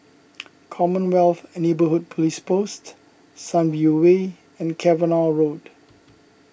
Commonwealth Neighbourhood Police Post Sunview Way and Cavenagh Road